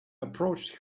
approached